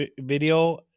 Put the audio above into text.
video